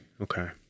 Okay